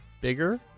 bigger